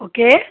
okay